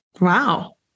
Wow